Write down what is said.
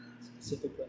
specifically